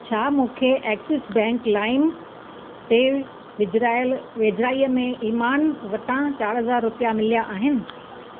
छा मूंखे Axis Bank लाइम ते विझराइल वेझिड़ाईअ में ईमान वटां चार हज़ार रुपया मिलिया आहिनि